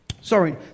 Sorry